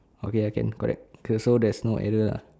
okay okay correct so there's no error lah